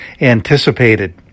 anticipated